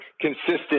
consistent